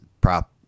prop